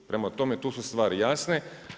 Prema tome tu su stvari jasne.